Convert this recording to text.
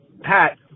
Pat